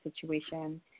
situation